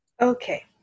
Okay